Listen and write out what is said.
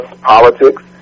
politics